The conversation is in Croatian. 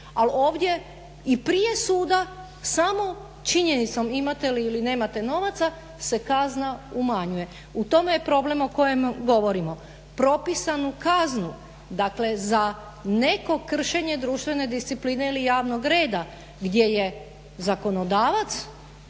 ali ovdje i prije suda samo činjenicom imate li ili nemate novaca se kazna umanjuje. U tome je problem o kojem govorimo. Propisanu kaznu dakle za neko kršenje društvene discipline ili javnog reda gdje je zakonodavac